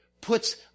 puts